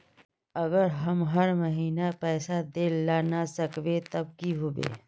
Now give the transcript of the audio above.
अगर हम हर महीना पैसा देल ला न सकवे तब की होते?